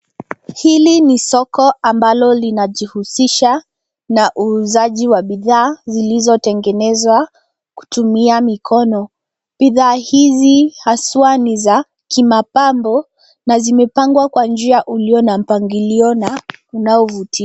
Hili ni soko ambalo linajihusisha na uuzaji wa bidhaa zilizotengenezwa kutumia mikono. Bidhaa hizi haswa ni za kimapambo, na zimepangwa kwa njia ulio na mpangilio na unaovutia.